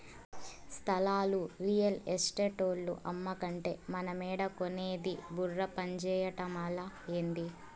స్థలాలు రియల్ ఎస్టేటోల్లు అమ్మకంటే మనమేడ కొనేది బుర్ర పంజేయటమలా, ఏంది